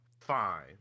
Fine